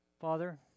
Father